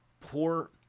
poor